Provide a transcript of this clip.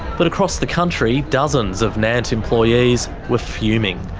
but across the country, dozens of nant employees were fuming.